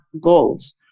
goals